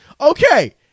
okay